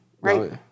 right